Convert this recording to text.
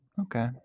Okay